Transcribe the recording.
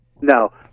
No